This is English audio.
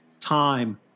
time